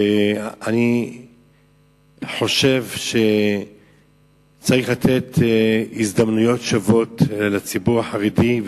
ואני חושב שצריך לתת הזדמנויות שוות לציבור החרדי,